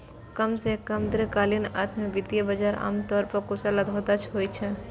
कम सं कम दीर्घकालीन अर्थ मे वित्तीय बाजार आम तौर पर कुशल अथवा दक्ष होइ छै